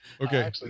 okay